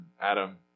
Adam